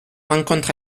rencontre